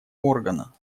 органа